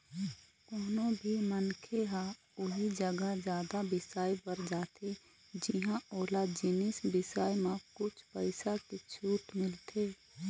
कोनो भी मनखे ह उही जघा जादा बिसाए बर जाथे जिंहा ओला जिनिस बिसाए म कुछ पइसा के छूट मिलथे